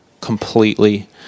completely